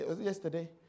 yesterday